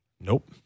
Nope